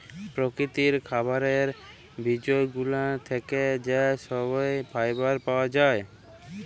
পরকিতির খাবারের বিজগুলানের থ্যাকে যা সহব ফাইবার পাওয়া জায়